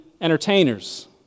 entertainers